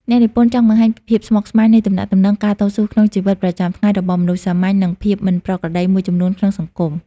អ្នកនិពន្ធចង់បង្ហាញពីភាពស្មុគស្មាញនៃទំនាក់ទំនង ការតស៊ូក្នុងជីវិតប្រចាំថ្ងៃរបស់មនុស្សសាមញ្ញ និងភាពមិនប្រក្រតីមួយចំនួនក្នុងសង្គម។